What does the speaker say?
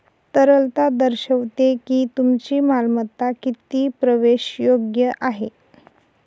तरलता दर्शवते की तुमची मालमत्ता किती प्रवेशयोग्य आहे